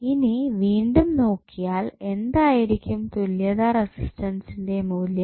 ഇനി വീണ്ടും നോക്കിയാൽ എന്തായിരിക്കും തുല്യത റെസിസ്റ്റൻസിന്റെ മൂല്യം